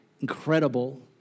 incredible